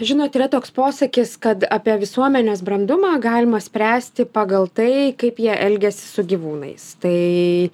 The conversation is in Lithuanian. žinot yra toks posakis kad apie visuomenės brandumą galima spręsti pagal tai kaip jie elgiasi su gyvūnais tai